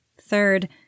Third